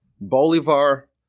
Bolivar